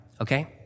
okay